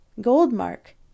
Goldmark